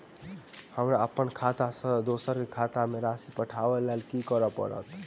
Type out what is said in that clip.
हमरा अप्पन खाता सँ दोसर केँ खाता मे राशि पठेवाक लेल की करऽ पड़त?